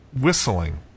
whistling